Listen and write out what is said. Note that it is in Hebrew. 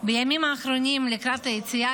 בימים האחרונים, לקראת היציאה